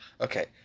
Okay